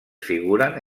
figuren